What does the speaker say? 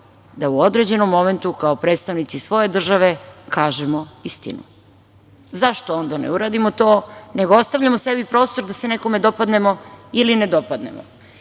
da u određenom momentu kao predstavnici svoje države kažemo istinu? Zašto onda ne uradimo to, nego ostavljamo sebi prostor da se nekome dopadnemo ili ne dopadnemo? Da